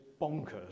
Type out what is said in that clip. bonkers